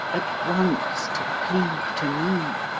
at once to cleave to me.